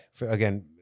Again